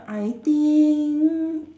I think